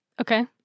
Okay